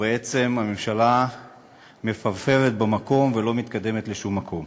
ובעצם הממשלה מפרפרת במקום ולא מתקדמת לשום מקום.